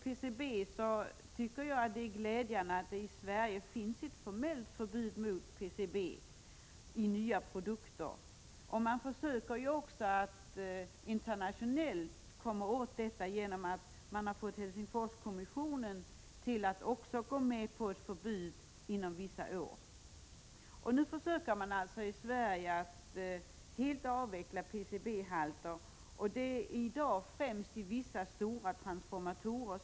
Sedan tycker jag att det är glädjande att det i Sverige finns ett formellt förbud mot PCB i nya produkter. Man försöker nu också att internationellt komma åt detta genom att man har fått Helsingforskommissionen till att också gå med på ett förbud inom vissa år. I Sverige försöker vi alltså att helt avveckla användningen av PCB, som i dag i vårt land förekommer endast i vissa stora transformatorer.